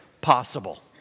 possible